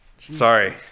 Sorry